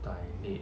对